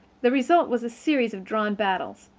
the result was a series of drawn battles.